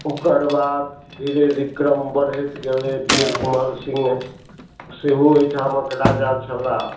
ओकरबाद धीरे बिक्रम बढ़ैत गेलै वीर कुँवर सिंह सेहो एहिठामक राजा छला